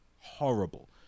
horrible